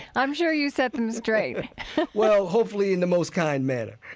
i'm sure you set them straight well, hopefully in the most kind manner